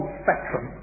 spectrum